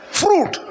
fruit